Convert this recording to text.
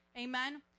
Amen